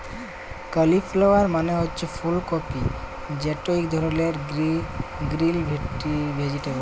cauliflower মালে হছে ফুল কফি যেট ইক ধরলের গ্রিল ভেজিটেবল